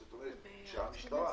זאת אומרת שהמשטרה